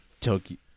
Tokyo